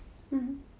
mmhmm